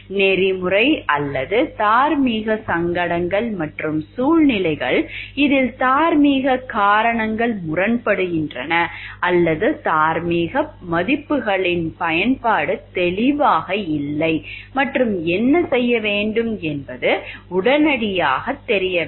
நெறிமுறை அல்லது தார்மீக சங்கடங்கள் மற்றும் சூழ்நிலைகள் இதில் தார்மீக காரணங்கள் முரண்படுகின்றன அல்லது தார்மீக மதிப்புகளின் பயன்பாடு தெளிவாக இல்லை மற்றும் என்ன செய்ய வேண்டும் என்பது உடனடியாகத் தெரியவில்லை